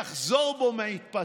יותר.